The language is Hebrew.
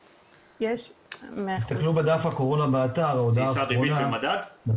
תסתכלו בדף הקורונה באתר בהודעה האחרונה.